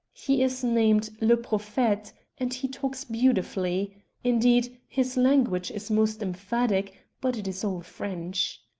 he is named le prophete and he talks beautifully indeed, his language is most emphatic, but it is all french.